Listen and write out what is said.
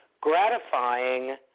gratifying